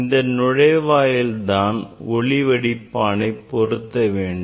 இந்த நுழைவாயிலில் தான் ஒளிவடிப்பானை பொருத்தவேண்டும்